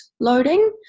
Loading